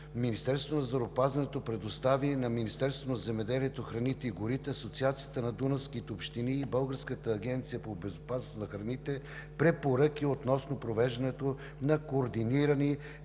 Министерството на здравеопазването предостави на Министерството на земеделието, храните и горите, Асоциацията на дунавските общини и Българската агенция по безопасност на храните препоръки относно провеждането на координирана